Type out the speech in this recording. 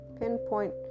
Pinpoint